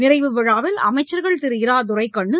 நிறைவு விழாவில் அமைச்சர்கள் திரு இரா துரைக்கண்ணு